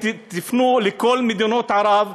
תפנו לכל מדינות ערב,